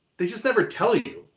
they just never tell you.